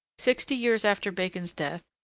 sixty years after bacon's death,